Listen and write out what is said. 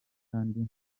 kandi